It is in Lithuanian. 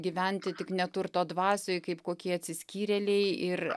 gyventi tik neturto dvasioj kaip kokie atsiskyrėliai ir